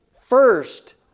first